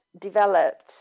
developed